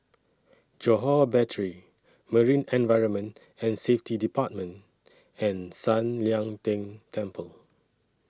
Johore Battery Marine Environment and Safety department and San Lian Deng Temple